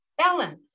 Ellen